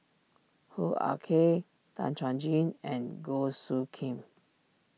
Hoo Ah Kay Tan Chuan Jin and Goh Soo Khim